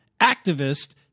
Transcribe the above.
activist